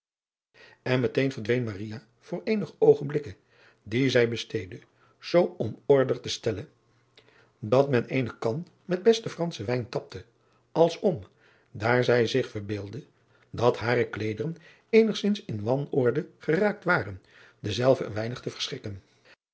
n meteen verdween voor eenige oogenblikken die zij besteedde zoo om order te stellen dat men eene kan met besten franschen wijn tapte als om daar zij zich verbeeldde dat hare kleederen eenigzins in wanorde geraakt waren dezelve een weinig te